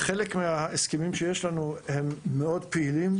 חלק מההסכמים שיש לנו הם מאוד פעילים.